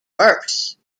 worse